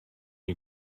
you